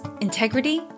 integrity